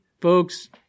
folks